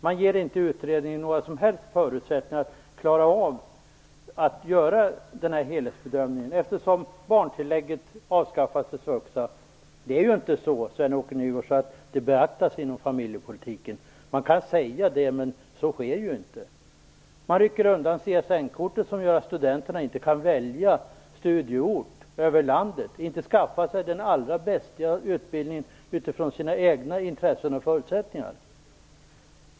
Man ger inte utredningen några som helst förutsättningar att klara av att göra den här helhetsbedömningen eftersom barntillägget avskaffas i SVUXA. Det är inte så, Sven-Åke Nygårds, att familjeförhållandet beaktas inom familjepolitiken. Man kan säga det, men så sker inte. Man rycker undan CSN-kortet som gör att studenterna inte kan välja studieort i landet och inte kan skaffa sig den allra bästa utbildningen utifrån sina egna intressen och förutsättningar.